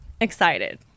excited